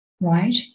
right